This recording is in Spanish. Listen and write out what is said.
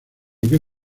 que